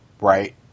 right